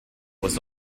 was